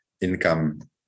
income